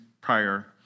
prior